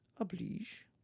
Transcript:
Oblige